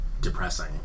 depressing